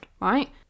right